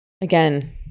again